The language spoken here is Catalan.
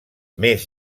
més